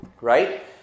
right